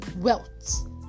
wealth